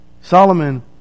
Solomon